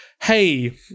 hey